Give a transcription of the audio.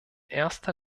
erster